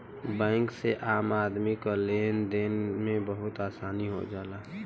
bank से आम आदमी क लेन देन में बहुत आसानी हो जाला